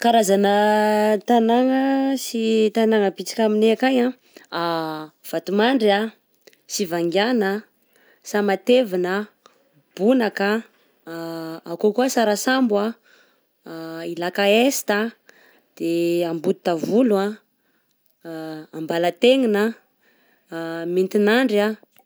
Karazana tagnàna sy tagnàna bisika aminay akagny a: Vatomandry, Sivangaina, Samatevina, Bonaka, akô koa Sarasambo, Ilaka Est, de Ambotavolo Ambalatenina, Metinandry.